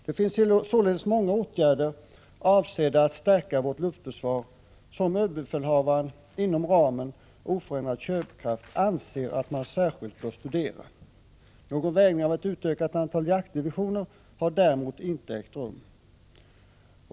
Det finns således många åtgärder avsedda att stärka vårt luftförsvar som överbefälhavaren inom ramen oförändrad köpkraft anser att man särskilt bör studera. Någon vägning av ett utökat antal jaktdivisioner har däremot inte ägt rum.